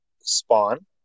spawn